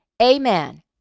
Amen